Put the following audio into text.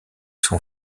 son